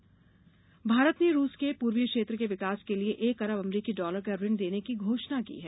भारत रूस भारत ने रूस के पूर्वीय क्षेत्र के विकास के लिए एक अरब अमरीकी डालर का ऋण देने की घोषणा की है